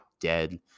dead